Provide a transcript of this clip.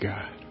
God